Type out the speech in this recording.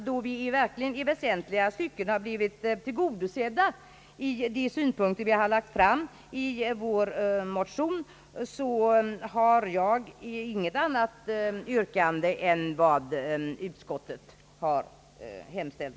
Då vi verkligen i väsentliga stycken har fått de önskemål vi har framfört i vår motion tillgodosedda, har jag inte något annat yrkande än bifall till utskottets hemställan.